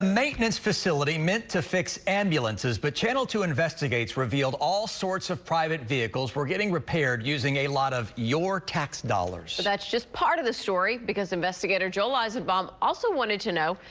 maintenance facility meant to fix ambulances but channel two investigates revealed all sorts of private vehicles were getting repaired using a lot of your tax dollars that's just part of the story because investigator joel eisenbaum also wanted to know.